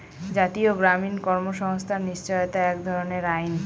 জাতীয় গ্রামীণ কর্মসংস্থান নিশ্চয়তা এক ধরনের আইন